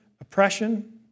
oppression